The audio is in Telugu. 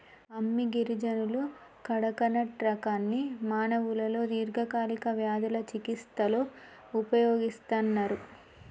అమ్మి గిరిజనులు కడకనట్ రకాన్ని మానవులలో దీర్ఘకాలిక వ్యాధుల చికిస్తలో ఉపయోగిస్తన్నరు